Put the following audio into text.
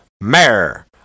Mayor